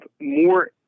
more